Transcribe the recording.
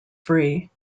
free